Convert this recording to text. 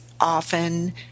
often